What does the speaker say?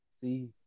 See